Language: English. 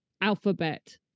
Alphabet